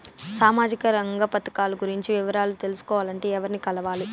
సామాజిక రంగ పథకాలు గురించి వివరాలు తెలుసుకోవాలంటే ఎవర్ని కలవాలి?